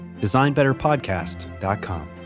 designbetterpodcast.com